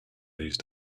these